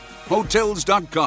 Hotels.com